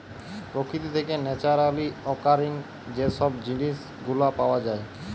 প্রকৃতি থেকে naturally occurring যে সব জিনিস গুলা পাওয়া যায়